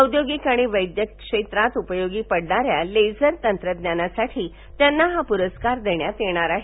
औद्योगिक आणि वैद्यक क्षेत्रात उपयोगी पडणाऱ्या लेझर तंत्रज्ञानासाठी त्यांना हा पुरस्कार देण्यात येणार आहे